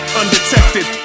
undetected